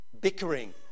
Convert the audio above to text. bickering